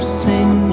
sing